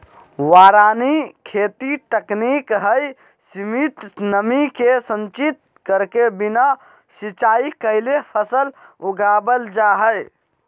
वारानी खेती तकनीक हई, सीमित नमी के संचित करके बिना सिंचाई कैले फसल उगावल जा हई